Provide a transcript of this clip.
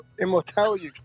immortality